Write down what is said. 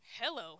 hello